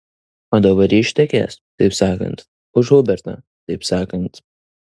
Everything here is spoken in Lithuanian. o dabar ji ištekės taip sakant už huberto taip sakant